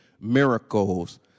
miracles